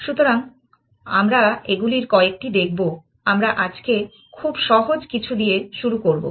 সুতরাং আমরা এগুলির কয়েকটি দেখব আমরা আজকে খুব সহজ কিছু দিয়ে শুরু করব